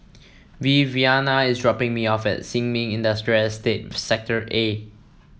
Viviana is dropping me off at Sin Ming Industrial Estate Sector A